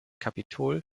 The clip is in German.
kapitol